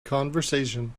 conversation